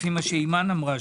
לפי מה שאימאן אמרה,